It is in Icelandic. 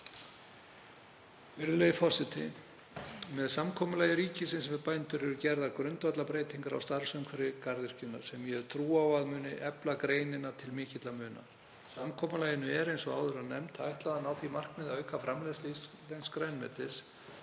Virðulegi forseti. Með samkomulagi ríkisins við bændur eru gerðar grundvallarbreytingar á starfsumhverfi garðyrkjunnar, sem ég hef trú á að muni efla greinina til mikilla muna. Samkomulaginu er, eins og áður var nefnt, ætlað að ná því markmiði að auka framleiðslu íslensks grænmetis